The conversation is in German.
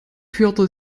führte